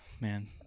Man